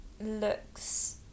looks